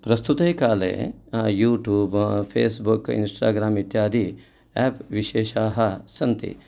प्रस्तुते काले YouTube Facebook Instagram इत्यादि एप् विशेषाः सन्ति